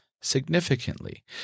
significantly